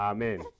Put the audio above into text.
Amen